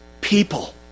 people